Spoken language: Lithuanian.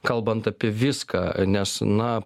kalbant apie viską nes na